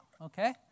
okay